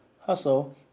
Hustle